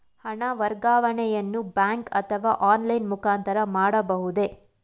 ಹಣ ವರ್ಗಾವಣೆಯನ್ನು ಬ್ಯಾಂಕ್ ಅಥವಾ ಆನ್ಲೈನ್ ಮುಖಾಂತರ ಮಾಡಬಹುದೇ?